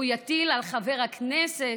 והוא יטיל על חבר הכנסת